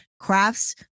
crafts